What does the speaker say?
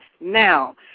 Now